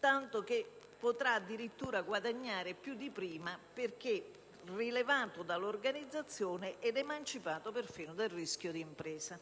tanto che potrà addirittura guadagnare più di prima, perché rilevato dall'organizzazione ed emancipato perfino dal rischio d'impresa.